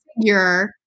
figure